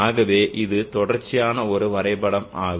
ஆகவே இது தொடர்ச்சியான ஒரு வரைபடமாகும்